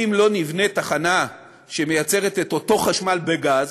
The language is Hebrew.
אם לא נבנה תחנה שמייצרת את אותו חשמל בגז